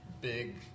big